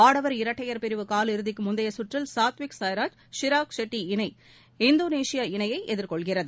ஆடவர் இரட்டையர் பிரிவு காலிறுதிக்கு முந்தைய கற்றில் சாத்விக் சாய்ராஜ் சிராக் செட்டி இணை இந்தோனேஷியா இணையை எதிர்கொள்கிறது